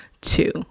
two